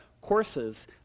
courses